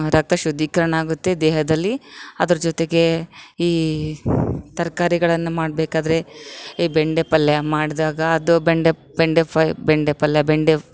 ರಕ್ತ ಶುದ್ದೀಕರಣ ಆಗುತ್ತೆ ದೇಹದಲ್ಲಿ ಅದ್ರ ಜೊತೆಗೆ ಈ ತರಕಾರಿಗಳನ್ನ ಮಾಡಬೇಕಾದ್ರೆ ಈ ಬೆಂಡೆ ಪಲ್ಯ ಮಾಡಿದಾಗ ಅದು ಬೆಂಡೆ ಬೆಂಡೆ ಫ್ರೈ ಬೆಂಡೆ ಪಲ್ಯ ಬೆಂಡೆ